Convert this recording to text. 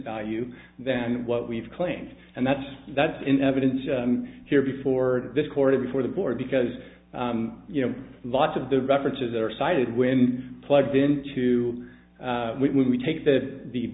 value than what we've claimed and that's that's in evidence here before this quarter before the board because you know lots of the references that are cited when plugged in to we we take that the